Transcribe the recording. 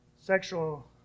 Sexual